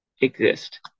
exist